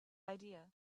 idea